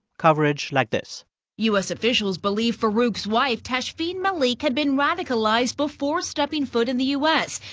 coverage like this u s. officials believe farook's wife, tashfeen malik, had been radicalized before stepping foot in the u s,